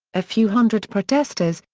a few hundred protesters,